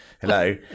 hello